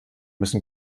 müssen